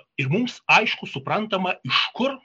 ir mums aišku suprantama iš kur